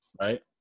right